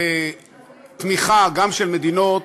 בתמיכה גם של מדינות,